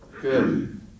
Good